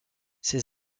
ses